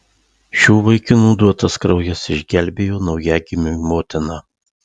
šių vaikinų duotas kraujas išgelbėjo naujagimiui motiną